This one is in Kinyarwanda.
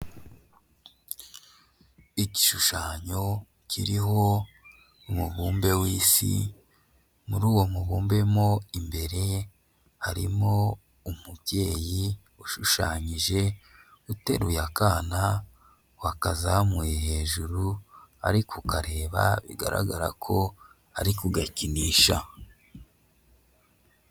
Igishushanyo kiriho umubumbe w'isi, muri uwo mubumbe mo imbere harimo umubyeyi ushushanyije uteruye akana wakazamuye hejuru, ari kukareba bigaragara ko ari kugakinisha.